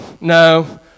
no